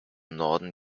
norden